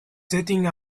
jetting